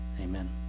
amen